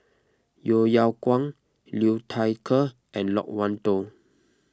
Yeo Yeow Kwang Liu Thai Ker and Loke Wan Tho